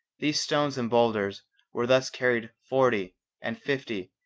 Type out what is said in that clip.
these stones and boulders were thus carried forty and fifty,